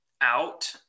out